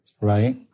right